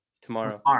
tomorrow